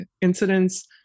incidents